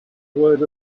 word